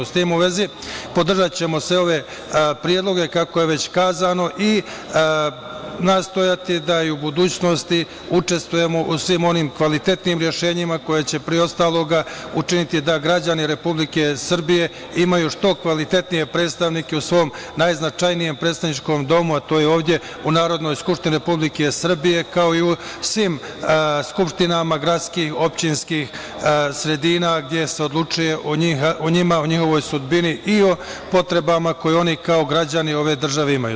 S tim u vezi, podržaćemo sve ove predloge, kako je već kazano, i nastojati da i u budućnosti učestvujemo u svim onim kvalitetnim rešenjima koja će pre ostaloga učiniti da građani Republike Srbije imaju što kvalitetnije predstavnike u svom najznačajnijem predstavničkom domu, a to je ovde u Narodnoj skupštini Republike Srbije, kao i u svim skupštinama gradskih, opštinskih sredina gde se odlučuje o njima, o njihovoj sudbini i o potrebama koje oni kao građani ove države imaju.